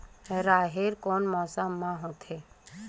राहेर कोन मौसम मा होथे?